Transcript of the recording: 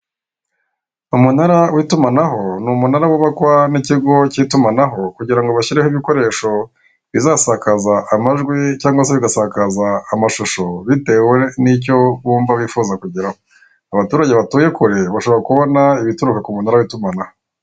Umunara w'itumanaho ni umunara wubakwa n'ikigo cy'itumanaho, kugira ngo bashyireho ibikoresho bizasakaza amajwi cyangwa se bigasakaza amashusho bitewe n'icyo bumva bifuza kugeraho, abaturage batuye kure bashobora kubona ibituruka ku munara w'itumanaho.